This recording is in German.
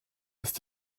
ist